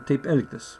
taip elgtis